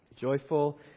Joyful